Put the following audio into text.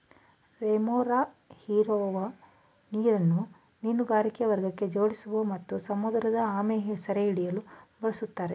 remora ಹೀರುವ ಮೀನನ್ನು ಮೀನುಗಾರಿಕಾ ಮಾರ್ಗಕ್ಕೆ ಜೋಡಿಸೋ ಮತ್ತು ಸಮುದ್ರಆಮೆ ಸೆರೆಹಿಡಿಯಲು ಬಳುಸ್ತಾರೆ